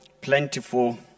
plentiful